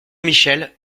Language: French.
michel